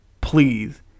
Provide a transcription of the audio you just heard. please